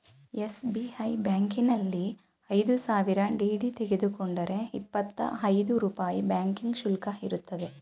SBI ಬ್ಯಾಂಕಿನಲ್ಲಿ ಐದು ಸಾವಿರ ಡಿ.ಡಿ ತೆಗೆದುಕೊಂಡರೆ ಇಪ್ಪತ್ತಾ ಐದು ರೂಪಾಯಿ ಬ್ಯಾಂಕಿಂಗ್ ಶುಲ್ಕ ಇರುತ್ತದೆ